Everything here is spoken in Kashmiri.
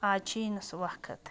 آز چھِ یی نہٕ سُہ وقت